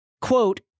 quote